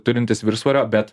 turintis viršsvorio bet